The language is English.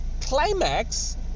climax